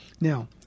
Now